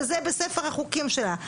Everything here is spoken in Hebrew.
שזה בספר החוקים שלה,